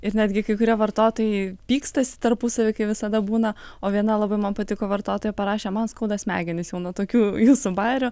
ir netgi kai kurie vartotojai pykstasi tarpusavy kai visada būna o viena labai man patiko vartotoja parašė man skauda smegenis jau nuo tokių jūsų bajerių